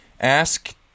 ask